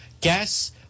Gas